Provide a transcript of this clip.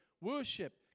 Worship